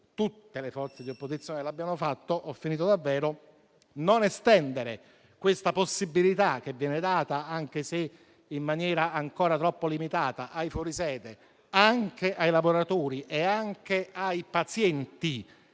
tutte le forze di opposizione hanno presentato, estendere questa possibilità che viene data, anche se in maniera ancora troppo limitata, ai fuori sede, anche ai lavoratori, ai pazienti